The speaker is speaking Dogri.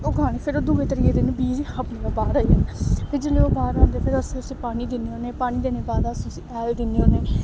ओह् उगानी फिर दूए त्रिये दिन बीज अपने आप बाह्र आई जाने फिर जेल्लै ओह् बाह्र आंदे फिर अस उसी पानी दिन्ने होन्ने पानी देने दे बाद अस उसी हैल दिन्ने होन्ने